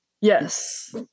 yes